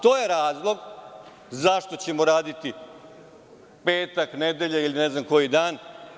To je razlog zašto ćemo raditi petak, nedelju ili ne znam koji dan.